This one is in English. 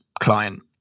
client